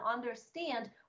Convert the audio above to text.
understand